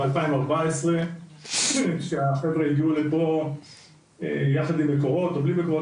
ב-2014 שהחבר'ה הגיעו לפה יחד עם מקורות או בלי מקורות,